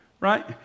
right